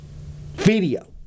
Video